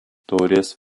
taurės